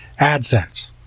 AdSense